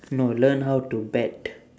no learn how to bet